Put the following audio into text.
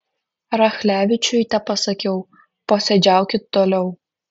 rachlevičiui tepasakiau posėdžiaukit toliau